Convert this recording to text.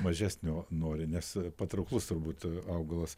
mažesnio nori nes patrauklus turbūt augalas